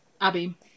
Abby